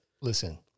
listen